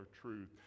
truth